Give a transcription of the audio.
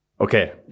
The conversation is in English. okay